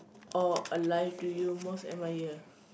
or alive do you most admire